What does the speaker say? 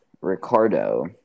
Ricardo